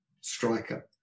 striker